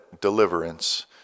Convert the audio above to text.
deliverance